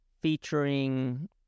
featuring